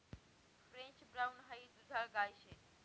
French brown हाई दुधाळ गाय शे